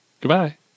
Goodbye